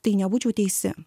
tai nebūčiau teisi